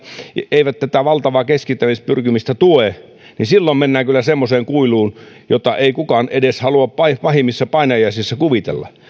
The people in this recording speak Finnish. eivät tätä valtavaa keskittämispyrkimystä tue niin silloin mennään kyllä semmoiseen kuiluun jota ei kukaan halua edes pahimmissa painajaisissaan kuvitella